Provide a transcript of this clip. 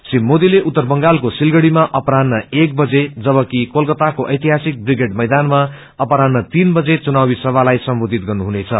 श्री मोदीले उत्तर बंगालको सिलगड़ीमा अपरान्ह एक बजे जबकि कोलाकाताको ऐतिहासिक विप्रेड मैदानमा अपरान्ड तीन बजे घुनावी सभालाई सम्बोधित गर्नुहुनेछ